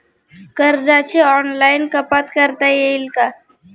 कर्जाची ऑनलाईन कपात करता येईल का?